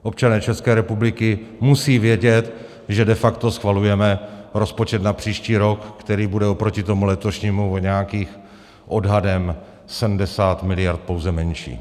Občané České republiky musí vědět, že de facto schvalujeme rozpočet na příští rok, který bude oproti tomu letošnímu o nějakých odhadem 70 mld. pouze menší.